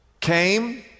came